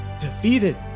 defeated